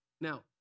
Now